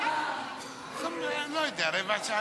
איסור הפליה במוצרים,